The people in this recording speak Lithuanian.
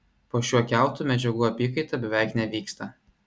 po šiuo kiautu medžiagų apykaita beveik nevyksta